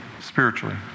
spiritually